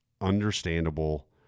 understandable